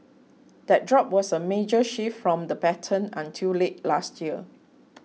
that drop was a major shift from the pattern until late last year